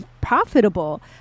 profitable